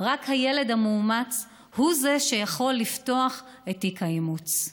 רק הילד המאומץ יכול לפתוח את תיק האימוץ,